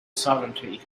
sovereignty